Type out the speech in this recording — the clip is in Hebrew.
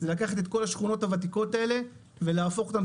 לקחת את כל השכונות הוותיקות האלה ולהפוך אותן.